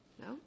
No